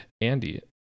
andy